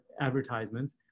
advertisements